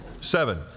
Seven